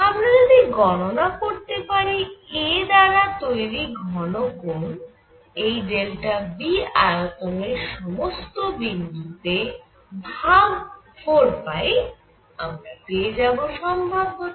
আমরা যদি গণনা করতে পারি a দ্বারা তৈরি ঘন কোণ এই V আয়তনের সমস্ত বিন্দুতে 4π আমরা পেয়ে যাবো সম্ভাব্যতা